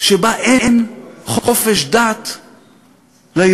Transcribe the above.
שבה אין חופש דת ליהודים.